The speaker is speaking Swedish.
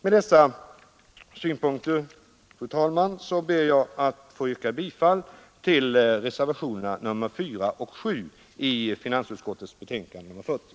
Med dessa synpunkter, fru talman, ber jag att få yrka bifall till reservationerna 4 och 7 i finansutskottets betänkande nr 40.